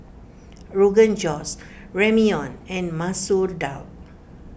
Rogan Josh Ramyeon and Masoor Dal